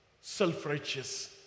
self-righteous